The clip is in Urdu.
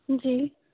جی